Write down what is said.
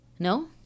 No